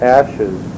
ashes